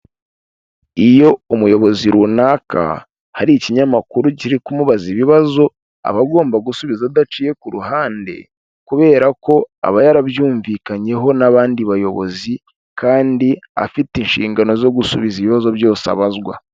Iyo umuyobozi runaka, hari ikinyamakuru kiri kumubaza ibibazo aba agomba gusubiza adaciye ku ruhande, kubera ko aba yarabyumvikanyeho n'abandi bayobozi kandi afite inshingano zo gusubiza ibibazo byose abazwa.